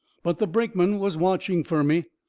but the brakeman was watching fur me,